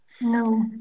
No